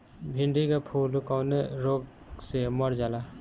भिन्डी के फूल कौने रोग से मर जाला?